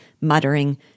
muttering